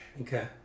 Okay